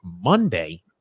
Monday